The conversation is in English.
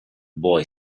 boy